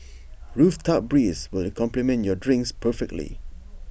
rooftop breeze will complement your drinks perfectly